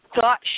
Thought